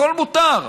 הכול מותר.